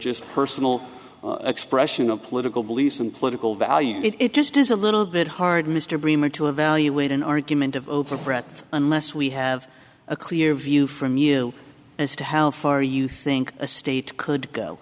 just personal expression of political beliefs and political value it just is a little bit hard mr bremer to evaluate an argument of overbred unless we have a clear view from you as to how far you think a state could go